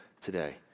today